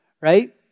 right